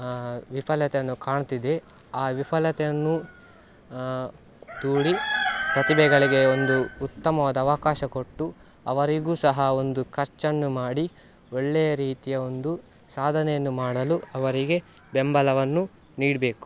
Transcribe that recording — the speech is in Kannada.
ವಿಫಲತೆಯನ್ನು ಕಾಣುತ್ತಿದೆ ಆ ವಿಫಲತೆಯನ್ನು ದೂಡಿ ಪ್ರತಿಭೆಗಳಿಗೆ ಒಂದು ಉತ್ತಮವಾದ ಅವಕಾಶ ಕೊಟ್ಟು ಅವರಿಗೂ ಸಹ ಒಂದು ಖರ್ಚನ್ನು ಮಾಡಿ ಒಳ್ಳೆಯ ರೀತಿಯ ಒಂದು ಸಾಧನೆಯನ್ನು ಮಾಡಲು ಅವರಿಗೆ ಬೆಂಬಲವನ್ನು ನೀಡಬೇಕು